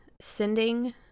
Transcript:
Sending